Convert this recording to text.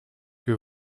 que